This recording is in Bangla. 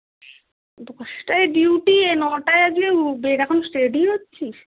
দশটায় ডিউটি এ নটায় আজকে বের এখন স রেডি হচ্ছিস